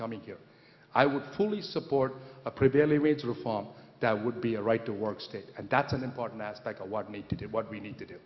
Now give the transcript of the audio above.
coming here i would fully support a prevailing rates reform that would be a right to work state and that's an important aspect of what need to do what we need to do